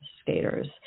skaters